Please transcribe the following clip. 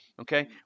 Okay